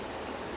mm